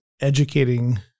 educating